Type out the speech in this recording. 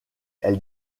elle